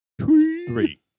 Three